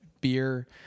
beer